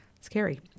Scary